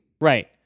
Right